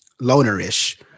loner-ish